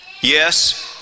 Yes